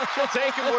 she'll take